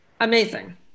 Amazing